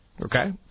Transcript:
Okay